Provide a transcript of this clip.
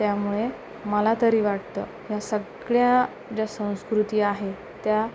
त्यामुळे मला तरी वाटतं ह्या सगळ्या ज्या संस्कृती आहेत त्या